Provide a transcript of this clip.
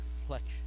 reflection